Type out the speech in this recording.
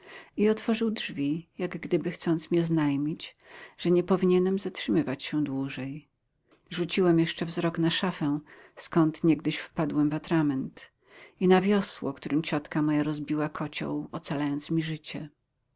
i otworzył drzwi jak gdyby chcąc mi oznajmić że nie powinienem zatrzymywać się dłużej rzuciłem jeszcze wzrok na szafę skąd niegdyś wpadłem w atrament i na wiosło którym ciotka moja rozbiła kocioł ocalając mi życie